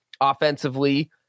offensively